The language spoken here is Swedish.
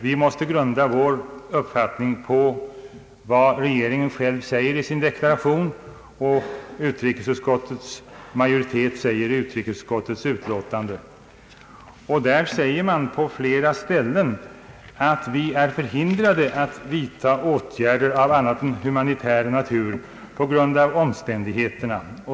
Vi måste grunda vår uppfattning på vad regeringen själv säger i sin deklaration och vad utrikesutskottets majoritet säger i utlåtandet. Där står på flera ställen att vi i Sve rige är förhindrade att vidta andra åtgärder än av humanitär natur på grund av omständigheterna.